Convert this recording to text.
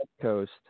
Coast